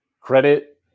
Credit